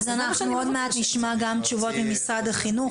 אז אנחנו עוד מעט נשמע גם תשובות ממשרד החינוך,